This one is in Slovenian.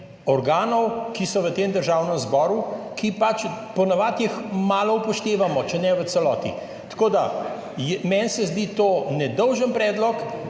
organov, ki so v tem Državnem zboru, ki jih po navadi malo upoštevamo, če ne v celoti. Tako da se meni zdi to nedolžen predlog.